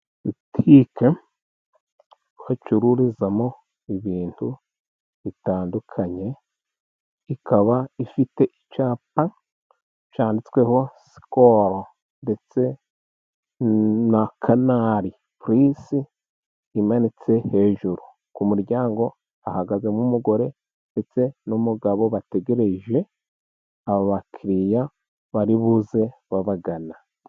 Butike bacururizamo ibintu bitandukanye ikaba ifite icyapa cyanditsweho sikoro ndetse na canari pirinze imanitse hejuru. Ku muryango ahagaze nk'umugore ndetse n'umugabo bategereje abakiriya baribuze babagana.